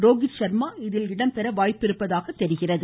ரோஹித் ஷர்மா இதில் இடம்பெற வாய்ப்பிருப்பதாக தெரிகிறது